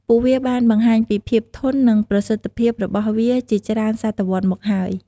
ពួកវាបានបង្ហាញពីភាពធន់ និងប្រសិទ្ធភាពរបស់វាជាច្រើនសតវត្សមកហើយ។